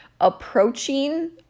approaching